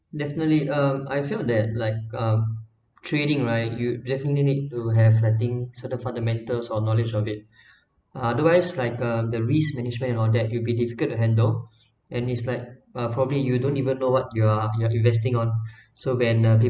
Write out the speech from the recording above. definitely uh I feel that like um trading right you definitely need to have I think certain fundamentals or knowledge of it otherwise like uh the risk management and all that you'll be difficult to handle and it's like uh probably you don't even know what you are you are investing on so when a